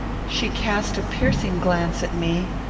she cast a piercing glance at me,